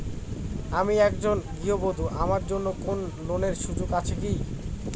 আমি একজন গৃহবধূ আমার জন্য কোন ঋণের সুযোগ আছে কি?